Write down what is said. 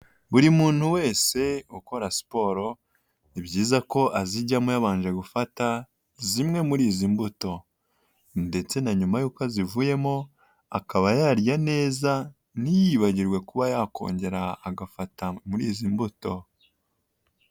Buri muntu wese ukora siporo, ni byiza ko azijyamo yabanje gufata zimwe muri izi mbuto ndetse na nyuma y'uko azivuyemo akaba yarya neza ntiyibagirwe kuba yakongera agafata muri izi mbuto.